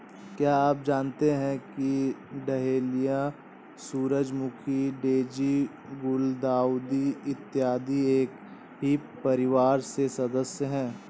क्या आप जानते हैं कि डहेलिया, सूरजमुखी, डेजी, गुलदाउदी इत्यादि एक ही परिवार के सदस्य हैं